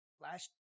Last